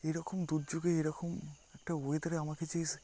এরকম দুর্যোগে এরখম একটা ওয়েদারে আমাকে যে সা